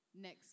next